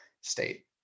state